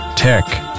Tech